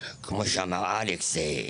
כמו שאמר אלכס,